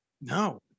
No